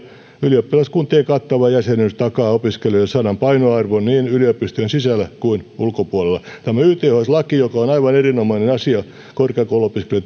ylioppilaskuntien kattava jäsenyys takaa opiskelijoiden sanan painoarvon niin yliopistojen sisällä kuin ulkopuolella tämä yths laki joka on aivan erinomainen asia korkeakouluopiskelijoiden